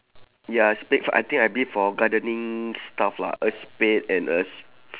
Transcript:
ya a spade for I think a bit for gardening stuff lah a spade and a sp~